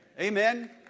Amen